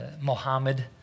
Mohammed